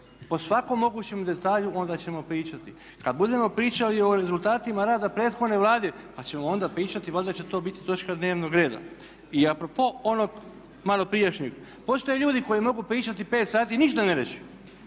o svakom mogućem detalju onda ćemo pričati. Kada budemo pričali o rezultatima rada prethodne Vlade pa ćemo onda pričati, valjda će to biti točka dnevnog reda. I a propos onog malo prijašnjeg, postoje ljudi koji mogu pričati pet sati i ništa ne reći.